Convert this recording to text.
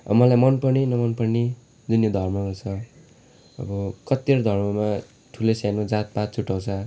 अँ मलाई मनपर्ने नमनपर्ने जुन यो धर्ममा छ अब कतिवटा धर्ममा ठुलो सानो जातपात छुट्याउँछ